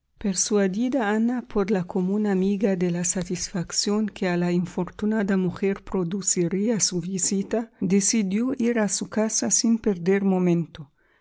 persuadida ana por la común amiga de la satisfacción que a la infortunada mujer produciría su visita decidió ir a su casa sin perder momento